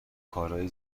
کارای